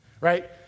right